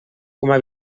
coma